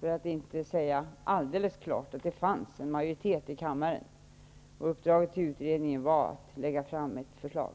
för att inte säga fullständigt, klart att det fanns en majoritet i kammaren. Uppdraget till utredningen var att lägga fram ett förslag.